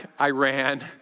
Iran